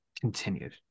continued